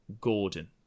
Gordon